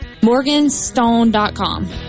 Morganstone.com